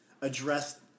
address